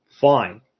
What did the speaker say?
Fine